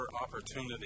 opportunity